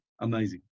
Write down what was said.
Amazing